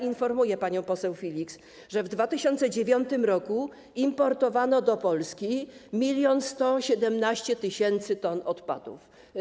Informuję panią poseł Filiks, że w 2009 r. importowano do Polski 1117 tys. t odpadów.